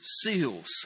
seals